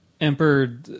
Emperor